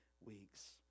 weeks